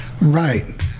Right